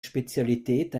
spezialität